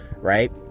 right